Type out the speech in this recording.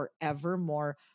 forevermore